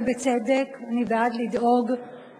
מוצעת כיוזמה של ועדת החוקה הצעת חוק הבחירות לכנסת (תיקון מס'